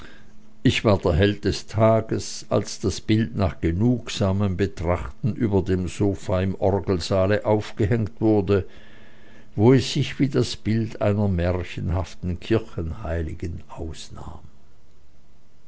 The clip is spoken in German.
ich war der held des tages als das bild nach genugsamem betrachten über dem sofa im orgelsaale aufgehängt wurde wo es sich wie das bild einer märchenhaften kirchenheiligen ausnahm